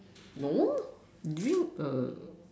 no during a